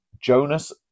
Jonas